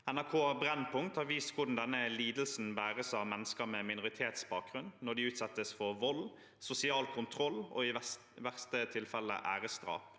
NRK Brennpunkt har vist hvordan denne lidelsen bæres av mennesker med minoritetsbakgrunn når de utsettes for vold, sosial kontroll og i verste fall æresdrap.